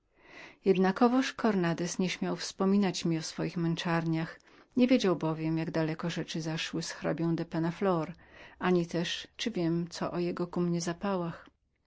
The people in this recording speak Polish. jednakowoż cornandez nie śmiał wspominać mi o swoich męczarniach niewiedział bowiem jak daleko rzeczy zaszły z hrabią penna flor ani też czyli wiedziałam co o jego ku mnie zapałach